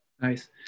Nice